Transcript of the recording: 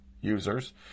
users